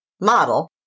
model